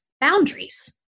boundaries